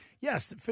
yes